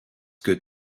que